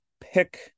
pick